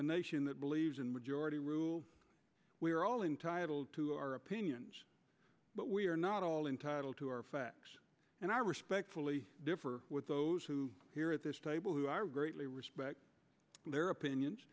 nation that believes in majority rule we're all entitled to our opinions but we're not all entitled to our facts and i respectfully differ with those who are here at this table who are greatly respect their opinions